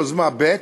יוזמה ב',